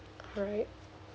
alright